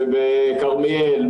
כרמיאל,